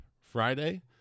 Friday